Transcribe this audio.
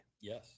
Yes